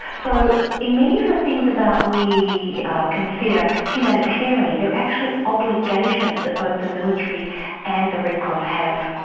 so in many of the things about we consider humanitarian, are actually obligations that both the military and the red cross have.